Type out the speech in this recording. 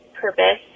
purpose